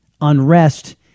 unrest